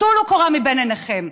טלו קורה מבין עיניכם,